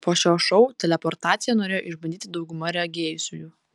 po šio šou teleportaciją norėjo išbandyti dauguma regėjusiųjų